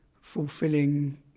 fulfilling